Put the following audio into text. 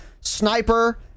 Sniper